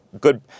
good